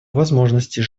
возможностей